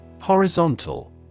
Horizontal